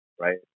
right